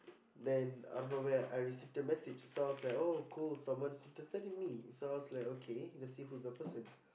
then I don't know where I received the message so I was like oh cool someone's interested in me so I was like okay let's see who the person